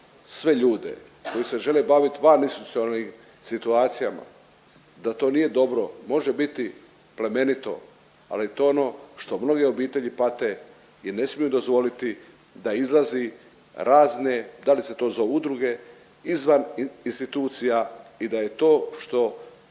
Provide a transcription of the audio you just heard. sve ljude koji se žele baviti vaninstitucionalnim situacijama da to nije dobro. Može biti plemenito, ali to je ono što mnoge obitelji pate i ne smiju dozvoliti da izlazi razne da li se to zovu udruge izvan institucija i da je to što